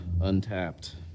untapped